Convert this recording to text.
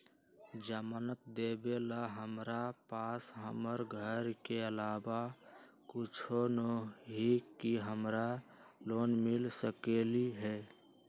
जमानत देवेला हमरा पास हमर घर के अलावा कुछो न ही का हमरा लोन मिल सकई ह?